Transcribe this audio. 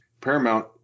Paramount